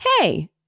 hey